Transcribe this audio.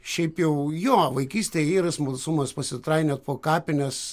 šiaip jau jo vaikystėj yra smalsumas pasitrainiot po kapines